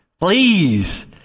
Please